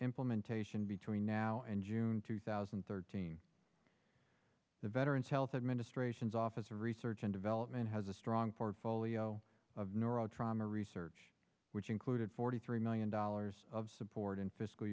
implementation between now and june two thousand and thirteen the veterans health administration's office of research and development has a strong portfolio of neuro trauma research which included forty three million dollars of support in fiscal